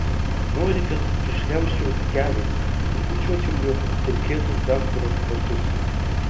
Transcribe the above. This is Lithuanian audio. nori kad prišliaužčiau keliais ir bučiuočiau jo dulkėtus daktaro batus